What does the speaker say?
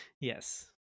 Yes